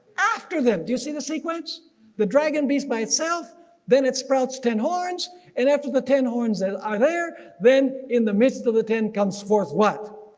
after them. do you see the sequence the dragon beast by itself then it sprouts ten horns and after the ten horns are there then in the midst of the ten comes forth what?